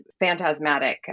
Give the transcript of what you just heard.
phantasmatic